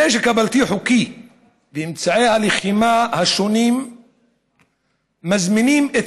הנשק הבלתי-חוקי ואמצעי הלחימה השונים מזמינים את